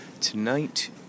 tonight